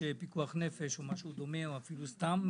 פיקוח נפש או משהו דומה או אפילו סתם